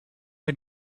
had